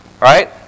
Right